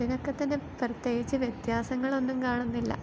മറ്റെതിനൊക്കെ തന്നെ പ്രത്യേകിച്ച് വ്യത്യാസങ്ങൾ ഒന്നും കാണുന്നില്ല